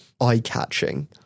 eye-catching